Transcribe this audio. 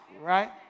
right